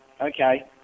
Okay